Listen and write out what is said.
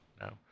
No